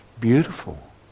beautiful